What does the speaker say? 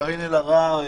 קארין אלהרר,